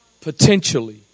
potentially